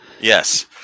Yes